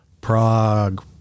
Prague